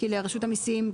כי לרשות המסים,